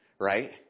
right